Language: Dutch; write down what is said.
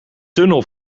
tunnel